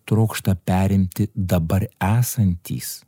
trokšta perimti dabar esantys